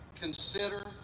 consider